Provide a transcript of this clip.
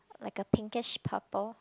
like a pinkish purple